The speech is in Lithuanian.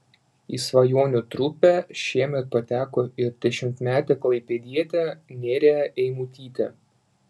į svajonių trupę šiemet pateko ir dešimtmetė klaipėdietė nerija eimutytė